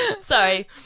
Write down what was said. Sorry